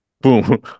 Boom